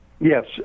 Yes